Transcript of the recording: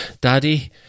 Daddy